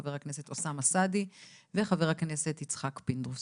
חבר הכנסת אוסאמה סעדי וחבר הכנסת יצחק פינדרוס.